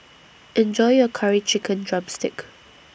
Enjoy your Curry Chicken Drumstick